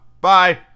Bye